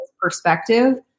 perspective